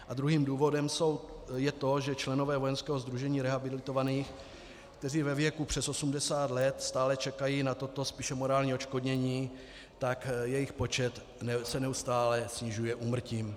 A druhým důvodem je to, že členové Vojenského sdružení rehabilitovaných, kteří ve věku přes 80 let stále čekají na toto spíše morální odškodnění, tak jejich počet se neustále snižuje úmrtím.